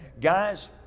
Guys